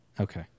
Okay